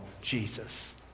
Jesus